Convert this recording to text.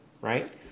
right